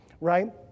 right